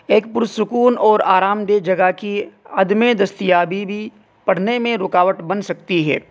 ایک پر سکون اور آرام دہ جگہ کی عدم دستیابی بھی پڑھنے میں رکاوٹ بن سکتی ہے